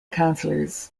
councillors